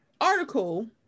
article